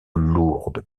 lourdes